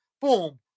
boom